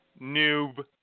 noob